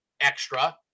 extra